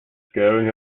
scaring